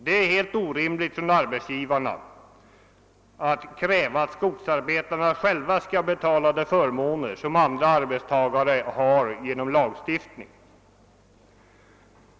Det är en helt orimlig begäran från arbetsgivarna att kräva, att skogsarbetarna själva skall betala de förmåner som andra arbetstagare åtnjuter enligt lag.